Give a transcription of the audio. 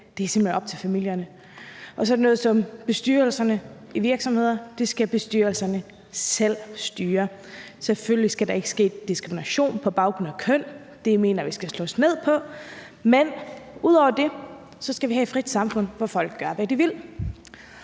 det er simpelt hen op til familierne. Og sådan noget som bestyrelser i virksomheder skal bestyrelserne selv styre. Selvfølgelig skal der ikke ske diskrimination på baggrund af køn; det mener vi der skal slås ned på, men ud over det skal vi have et frit samfund, hvor folk gør, hvad de vil.